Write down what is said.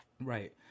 Right